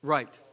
Right